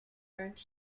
earned